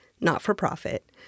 not-for-profit